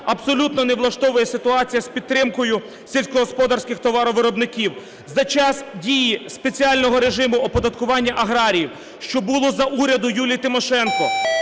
абсолютно не влаштовує ситуація з підтримкою сільськогосподарських товаровиробників. За час дії спеціального режиму оподаткування аграріїв, що було за уряду Юлії Тимошенко,